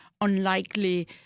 unlikely